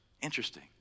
Interesting